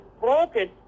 broken